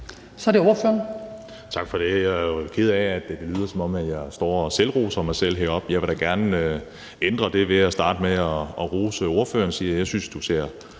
Kasper Roug (S): Tak. Jeg er jo ked af, at det lyder, som om jeg står og roser mig selv heroppe. Jeg vil da gerne ændre det ved at starte med at rose ordføreren og sige, at jeg synes, at du ser